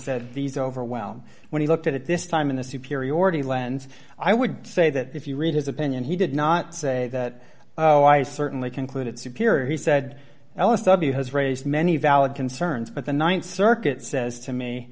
said these overwhelm when he looked at this time in the superiority lens i would say that if you read his opinion he did not say that oh i certainly concluded superior he said ellis w has raised many valid concerns but the th circuit says to me